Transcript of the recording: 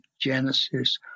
Genesis